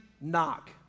knock